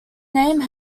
name